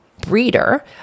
breeder